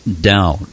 down